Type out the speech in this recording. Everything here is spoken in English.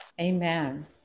Amen